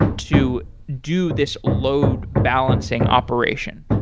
to do this load balancing operation?